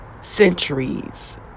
centuries